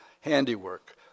handiwork